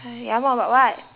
爱 ya more about what